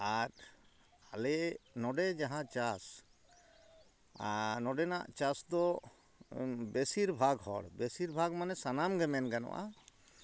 ᱟᱨ ᱟᱞᱮ ᱱᱚᱰᱮ ᱡᱟᱦᱟᱸ ᱪᱟᱥ ᱱᱚᱰᱮᱱᱟᱜ ᱪᱟᱥᱫᱚ ᱵᱮᱥᱤᱨᱵᱷᱟᱜᱽ ᱦᱚᱲ ᱵᱮᱥᱤᱨᱵᱷᱟᱜᱽ ᱢᱟᱱᱮ ᱥᱟᱱᱟᱢᱜᱮ ᱢᱮᱱ ᱜᱟᱱᱚᱜᱼᱟ